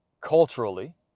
culturally